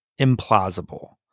implausible